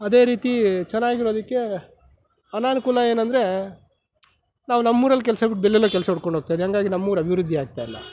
ಅದೇ ರೀತಿ ಚೆನ್ನಾಗಿರೋದಕ್ಕೆ ಅನಾನುಕೂಲ ಏನು ಅಂದರೆ ನಾವು ನಮ್ಮೂರಲ್ಲಿ ಕೆಲಸ ಬಿಟ್ಟು ಬೇರೆಲ್ಲೊ ಕೆಲಸ ಹುಡ್ಕೊಂಡು ಹೋಗ್ತೀವಿ ಹಾಗಾಗಿ ನಮ್ಮ ಊರು ಅಭಿವೃದ್ಧಿ ಆಗ್ತಾಯಿಲ್ಲ